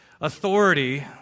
Authority